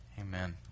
Amen